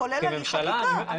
כולל הליך חקיקה.